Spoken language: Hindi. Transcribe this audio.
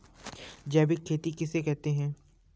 जैविक खेती किसे कहते हैं?